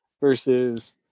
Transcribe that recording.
versus